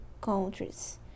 countries